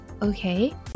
Okay